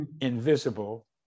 invisible